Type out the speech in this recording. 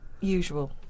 usual